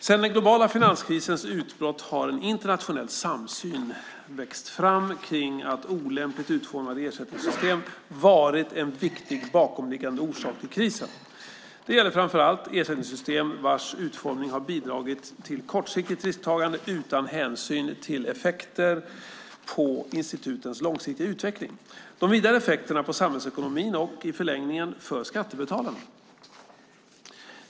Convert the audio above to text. Sedan den globala finanskrisens utbrott har en internationell samsyn växt fram på att olämpligt utformade ersättningssystem har varit en viktig bakomliggande orsak till krisen. Det gäller framför allt ersättningssystem vars utformning har bidragit till kortsiktigt risktagande utan hänsyn till effekter på institutens långsiktiga utveckling, de vidare effekterna på samhällsekonomin och, i förlängningen, för skattebetalarna.